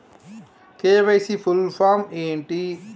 KYC full form ఏంటి?